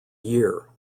year